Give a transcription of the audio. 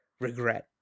regret